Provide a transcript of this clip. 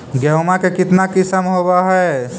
गेहूमा के कितना किसम होबै है?